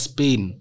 Spain